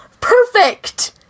Perfect